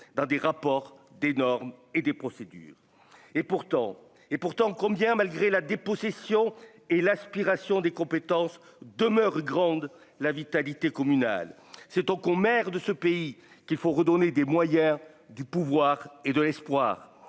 dans des rapports, des normes et des procédures et pourtant et pourtant combien malgré la dépossession et l'aspiration des compétences demeure grande la vitalité communal, c'est oh con, maire de ce pays qu'il faut redonner des moyens du pouvoir et de l'espoir